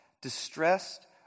distressed